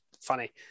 funny